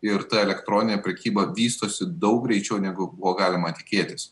ir ta elektroninė prekyba vystosi daug greičiau negu buvo galima tikėtis